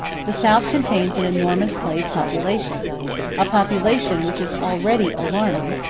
the south contains an enormous slave population a population which is already alarming,